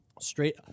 straight